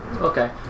Okay